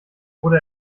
wurde